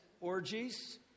orgies